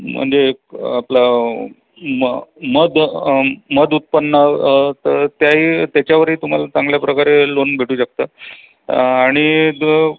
म्हणजे आपलं म मध मधउत्पन्न तर त्याही त्याच्यावरही तुम्हाला चांगल्या प्रकारे लोन भेटू शकतं आणि द